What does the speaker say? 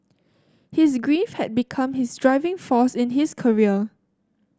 his grief had become his driving force in his career